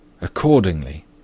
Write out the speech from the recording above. Accordingly